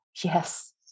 Yes